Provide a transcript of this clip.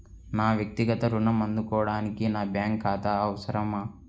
నా వక్తిగత ఋణం అందుకోడానికి నాకు బ్యాంక్ ఖాతా అవసరమా?